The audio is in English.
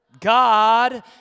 God